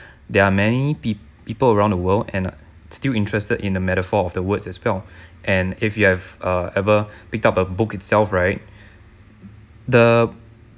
there are many peop~ people around the world and are still interested in a metaphor of the words as well and if you have uh ever picked up a book itself right the